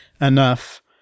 enough